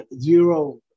zero